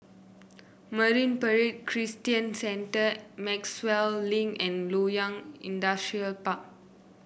Marine Parade Christian Centre Maxwell Link and Loyang Industrial Park